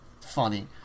funny